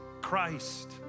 Christ